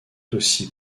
aussi